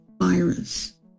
virus